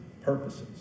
purposes